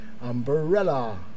Umbrella